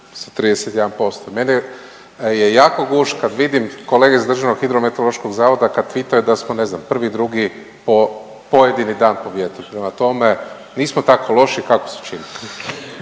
31%. Meni je jako gušt kad vidim kolege iz DHMZ kad pitaju da smo ne znam prvi, drugi po, pojedini dan po vjetru. Prema tome, nismo tako loši kako se čini.